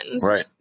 right